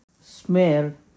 smear